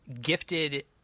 gifted